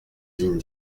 lignes